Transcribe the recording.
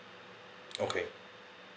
okay